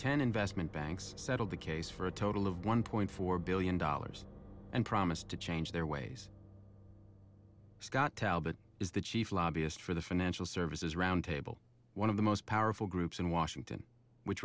ten investment banks settled the case for a total of one point four billion dollars and promised to change their ways scott talbott is the chief lobbyist for the financial services roundtable one of the most powerful groups in washington which